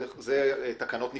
זה תקנות נפרדות.